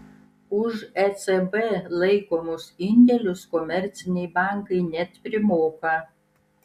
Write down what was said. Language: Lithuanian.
už ecb laikomus indėlius komerciniai bankai net primoka